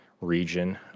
region